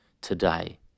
today